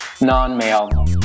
non-male